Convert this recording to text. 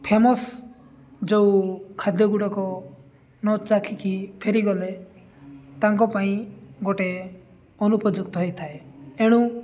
famous ଯେଉଁ ଖାଦ୍ୟଗୁଡ଼ିକ ନ ଚାଖିକି ଫେରିଗଲେ ତାଙ୍କ ପାଇଁ ଗୋଟେ ଅନୁପଯୁକ୍ତ ହୋଇଥାଏ ଏଣୁ